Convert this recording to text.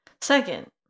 Second